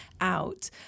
out